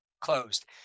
Closed